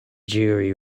jury